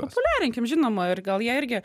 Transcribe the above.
populiarinkim žinoma ir gal jie irgi